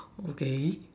okay